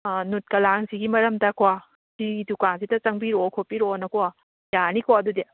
ꯅꯨꯠ ꯀꯂꯥꯡꯁꯤꯒꯤ ꯃꯔꯝꯗꯀꯣ ꯁꯤ ꯗꯨꯀꯥꯟꯁꯤꯗ ꯆꯪꯕꯤꯔꯛꯑꯣ ꯈꯣꯠꯄꯤꯔꯛꯑꯣꯅꯀꯣ ꯌꯥꯔꯅꯤꯀꯣ ꯑꯗꯨꯗꯤ